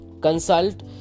consult